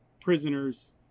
prisoners